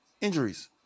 injuries